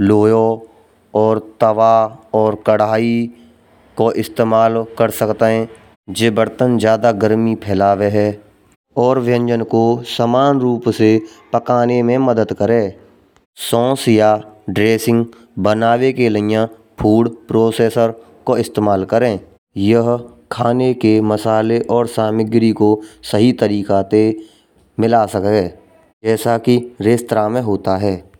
लोह्यो और तवा और कढ़ाई को इस्तेमाल कर सकते हैं। जह बर्तन ज्यादा गर्मी फैलावे है। और व्यंजन को समान रूप से पकाने में मदद करें। सॉस या ड्रेसिंग बनाने के लिए फूड प्रोसेसर को इस्तेमाल करें। यह खाने के मसाले और सामग्री को सही तरीके से मिला सके। जैसा के रेस्टोरेंट में होता है।